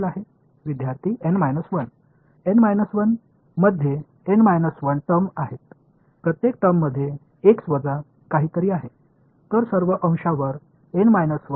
மாணவர்N 1 N 1 அங்கே N 1 வெளிப்பாடுகள் உள்ளன ஒவ்வொரு வெளிப்பட்டிருக்கும் ஒரு x மைனஸ் உள்ளது